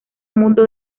mundo